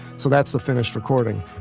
so that's a finished recording.